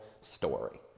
story